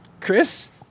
Chris